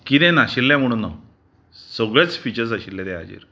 किदें नाशिल्लें म्हूण ना सगळेच फिचर आशिल्ले ते हाजेर